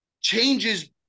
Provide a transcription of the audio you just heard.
changes